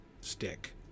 stick